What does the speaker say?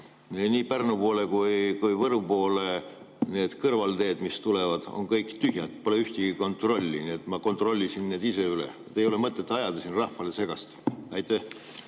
Pärnu poole kui ka Võru poole. Kõrvalteed, mis tulevad, on kõik tühjad, pole ühtegi kontrolli. Ma kontrollisin need ise üle. Ei ole mõtet ajada siin rahvale segast. Aitäh,